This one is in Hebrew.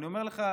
אני אומר לך,